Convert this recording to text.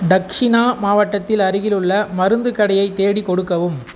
டக்ஷிணா மாவட்டத்தில் அருகிலுள்ள மருந்துக் கடையை தேடிக் கொடுக்கவும்